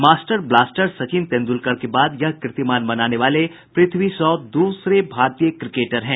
master blaster Sachin Tendulkar के बाद यह कीर्तिमान बनाने वाले पृथ्वी शॉ दूसरे भारतीय क्रिकेटर हैं